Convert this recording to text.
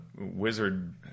wizard